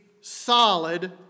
solid